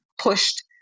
pushed